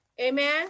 Amen